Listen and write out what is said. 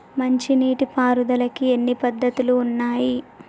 మంచి నీటి పారుదలకి ఎన్ని పద్దతులు ఉన్నాయి?